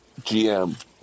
GM